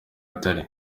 atari